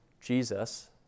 Jesus